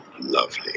Lovely